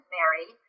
Mary